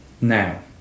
Now